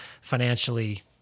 financially